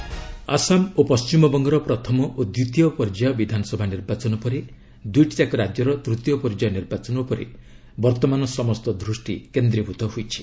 election Assam ଓ ପଶ୍ଚିମବଙ୍ଗର ପ୍ରଥମ ଓ ଦ୍ୱିତୀୟ ପର୍ଯ୍ୟାୟ ବିଧାନସଭା ନିର୍ବାଚନ ପରେ ଦୁଇଟି ଯାକ ରାଜ୍ୟର ତୃତୀୟ ପର୍ଯ୍ୟାୟ ନିର୍ବାଚନ ଉପରେ ବର୍ତ୍ତମାନ ସମସ୍ତ ଦୃଷ୍ଟି କେନ୍ଦ୍ରୀଭୂତ ହୋଇଛି